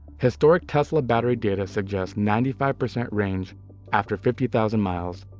historic tesla battery data suggests ninety five percent range after fifty thousand miles,